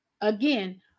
again